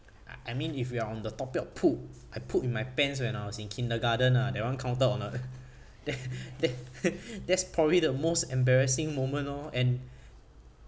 I I mean if we are on the topic of poop I poop in my pants when I was in kindergarten ah that [one] counted or not that that that's probably the most embarrassing moment lor and